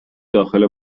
داخل